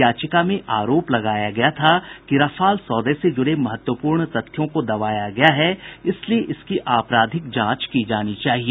याचिका में आरोप लगाया गया था कि राफाल सौदे से जुड़े महत्वपूर्ण तथ्यों को दबाया गया है इसलिए इसकी आपराधिक जांच की जानी चाहिए